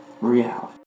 reality